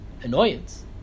annoyance